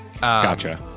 gotcha